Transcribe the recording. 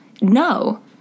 No